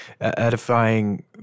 edifying